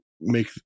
make